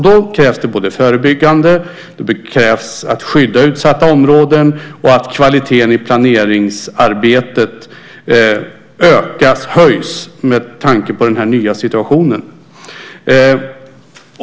Då krävs det förebyggande åtgärder, att skydda utsatta områden och att kvaliteten i planeringsarbetet höjs med tanke på den nya situationen.